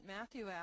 Matthew